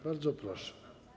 Bardzo proszę.